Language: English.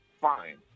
fine